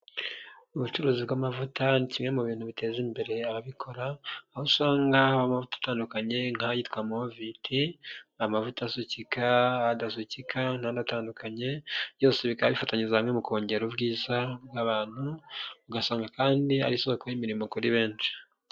Ubucuruzi bw'amavuta, ni kimwe mu bintu biteza imbere ababikora, aho usanga atandukanye nk'ayitwa movit, amavuta asukika, adasukika, n'andi atandukanye, byose bikaba bifatanyiriza hamwe mu kongera ubwiza bw'abantu, ugasanga kandi ari isoko y'imirimo kuri benshi.